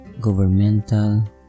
governmental